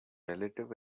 relative